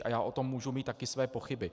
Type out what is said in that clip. Já o tom můžu mít taky své pochyby.